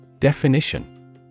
Definition